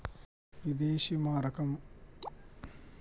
విదేశీ మారక market currency యొక్క సాపేక్ష విలువను నిర్ణయిస్తన్నాది